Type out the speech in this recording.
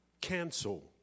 cancel